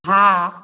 हँ